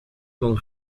con